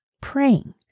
praying